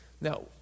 Now